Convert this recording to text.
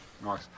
Nice